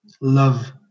Love